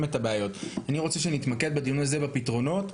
את הבעיות אני רוצה שנתמקד בדיון הזה בפתרונות.